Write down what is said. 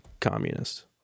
communists